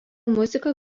muziką